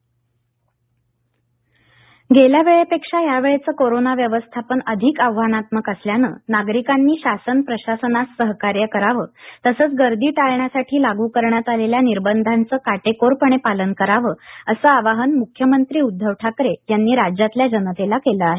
मुख्यमंत्री नाशिक गेल्यावेळेपेक्षा यावेळचं कोरोना व्यवस्थापन अधिक आव्हानात्मक असल्यानं नागरिकांनी शासन प्रशासनास सहकार्य करावं तसंच गर्दी टाळण्यासाठी लागू करण्यात आलेल्या निर्बधांचं काटेकोरपणे पालन करावं असं आवाहन म्ख्यमंत्री उदधव ठाकरे यांनी राज्यातल्या जनतेला केलं आहे